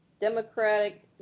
Democratic